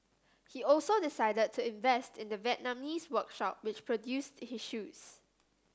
he also decided to invest in the Vietnamese workshop which produced his shoes